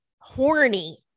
horny